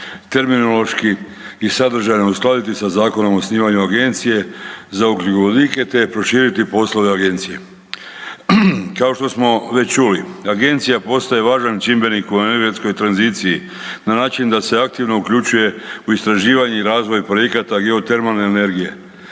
terminološki i sadržajno uskladiti sa Zakonom o osnivanju Agencije za ugljikovodike te prošiti poslove Agencije. Kao što smo već čuli, Agencija postaje važan čimbenik u energetskoj tranziciji na način da se aktivno uključuje u istraživanje i razvoj projekata geotermalne energije,